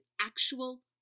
actual